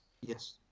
Yes